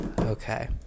Okay